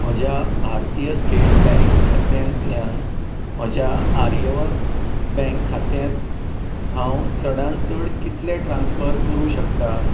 म्हज्या भारतीय state bank खात्यांतल्यान म्हज्या आर्यावत बँक खात्यात हांव चडान चड कितलें ट्रैन्स्फर करूं शकता